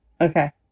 okay